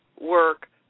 work